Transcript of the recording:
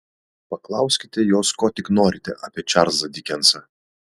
paklauskite jos ko tik norite apie čarlzą dikensą